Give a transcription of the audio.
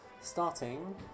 Starting